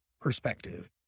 perspective